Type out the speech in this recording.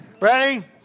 Ready